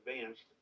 advanced